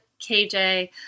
KJ